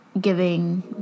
giving